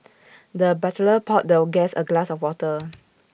the butler poured the guest A glass of water